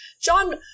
john